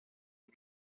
and